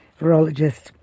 virologist